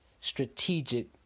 strategic